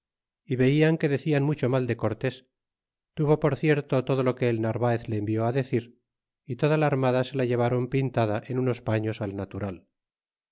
y velan que decian mucho mal de cortés tuvo por cierto todo lo que el narvaez le envió á decir y toda la armada se la llevaron pintada en unos paños al natural